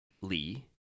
Lee